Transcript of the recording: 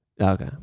Okay